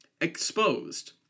exposed